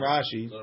Rashi